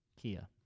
Kia